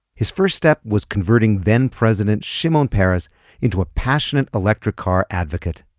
his first step was converting then-president shimon peres into a passionate electric car advocate.